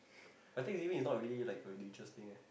I think maybe it's not really like a religious thing eh